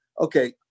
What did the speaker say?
okay